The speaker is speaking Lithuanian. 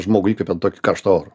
žmogui įkvepiant tokį karštą oro